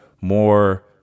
more